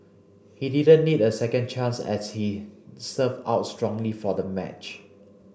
he didn't need a second chance as he served out strongly for the match